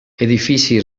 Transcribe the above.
edifici